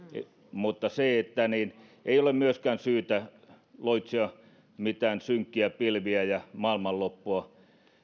mutta ei ole myöskään syytä loitsia mitään synkkiä pilviä ja maailmanloppua